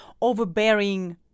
overbearing